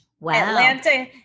Atlanta